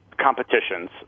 competitions